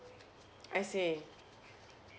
I see